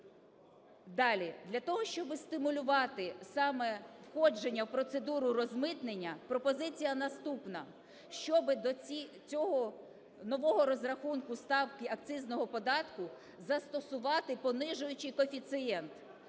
Для того, щоб стимулювати саме входження в процедуру розмитнення, пропозиція наступна. Щоб до цього нового розрахунку ставки акцизного податку застосувати понижуючий коефіцієнт: